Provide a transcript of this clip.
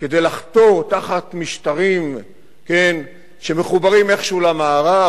כדי לחתור תחת משטרים שמחוברים איכשהו למערב,